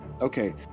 Okay